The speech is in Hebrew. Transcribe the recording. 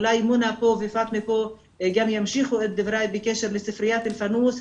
אולי מונא ופאטמה גם ימשיכו את דבריי בקשר לספריית אלפאנוס,